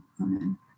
Amen